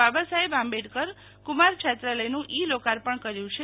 બાબા સાહેબ આંબેડકર કુમાર છાત્રાલયનું ઈલોકાર્પણ કર્યુ છે